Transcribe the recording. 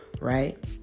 Right